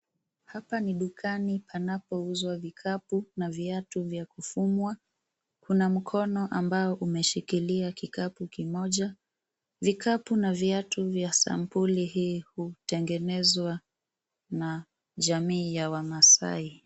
Hapa ni dukani panapouzwa vikapu na viatu vya kufungwa. Kuna mkono ambao umeshikilia kikapu kimoja. Vikapu na viatu vya sampuli hii hutengenezwa na jamii ya wamaasai.